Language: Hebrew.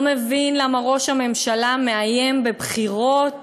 לא מבין למה ראש הממשלה מאיים בבחירות